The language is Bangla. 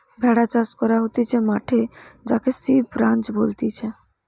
ভেড়া চাষ করা হতিছে মাঠে যাকে সিপ রাঞ্চ বলতিছে